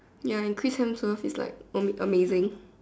ya and Chris Hemsworth is like ama~ amazing